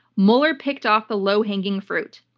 mueller picked off the low-hanging fruit.